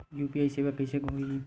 UPI सेवा के कइसे होही?